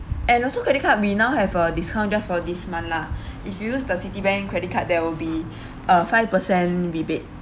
and also credit card we now have a discount just for this month lah if you use the Citibank credit card there will be a five percent rebate